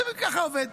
ככה זה עובד.